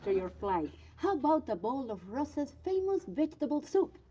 your flight. how about a bowl of rosa's famous vegetable soup?